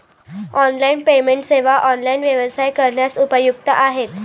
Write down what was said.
online payment सेवा online व्यवसाय करण्यास उपयुक्त आहेत